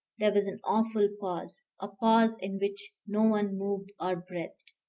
there was an awful pause a pause in which no one moved or breathed.